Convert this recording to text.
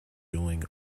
doing